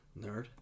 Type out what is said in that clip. nerd